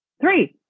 Three